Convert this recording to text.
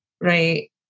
right